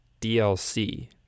DLC